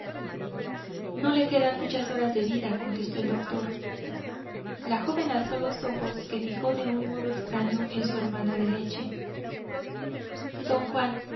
no le quedan muchas horas de vida contestó el doctor la joven alzó los ojos que fijó de un modo extraño en su hermana de leche d juan